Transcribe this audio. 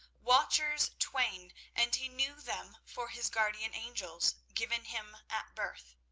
watchers twain, and he knew them for his guardian angels, given him at birth.